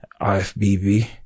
IFBB